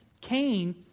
Cain